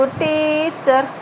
teacher